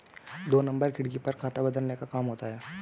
दो नंबर खिड़की पर खाता बदलने का काम होता है